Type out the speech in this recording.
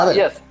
yes